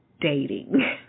dating